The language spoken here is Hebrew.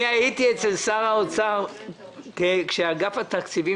אני הייתי אצל שר האוצר כשאגף התקציבים